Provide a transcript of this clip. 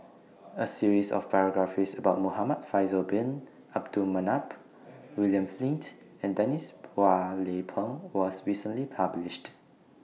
A series of biographies about Muhamad Faisal Bin Abdul Manap William Flint and Denise Phua Lay Peng was recently published